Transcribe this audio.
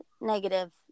negative